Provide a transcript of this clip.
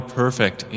perfect